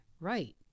right